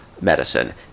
medicine